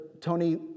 Tony